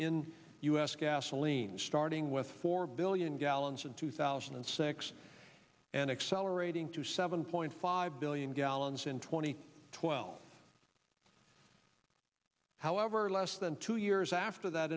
in u s gasoline starting with four billion gallons in two thousand and six and accelerating to seven point five billion gallons in twenty twelve however less than two years after that